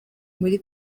muri